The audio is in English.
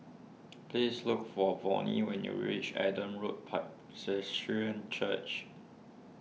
please look for Volney when you reach Adam Road Church